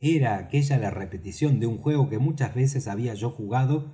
era aquella la repetición de un juego que muchas veces había yo jugado